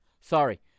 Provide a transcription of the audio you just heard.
Sorry